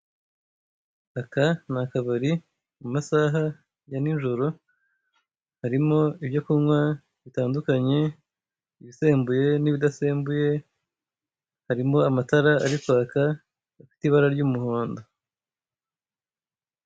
Aka ni akabari mu masaha ya nijoro harimo ibyo kunywa bitandukanye, ibisembuye n'ibidasembuye, harimo amatara ari kwaka afite ibara ry'umuhondo.